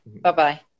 Bye-bye